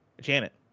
janet